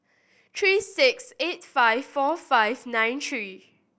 three six eight five four five nine three